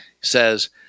says